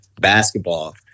basketball